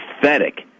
pathetic